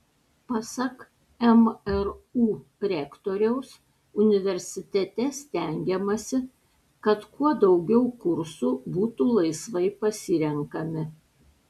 pasak mru rektoriaus universitete stengiamasi kad kuo daugiau kursų būtų laisvai pasirenkami